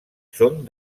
són